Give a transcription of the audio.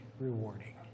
rewarding